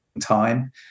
time